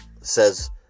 says